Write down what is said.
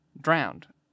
drowned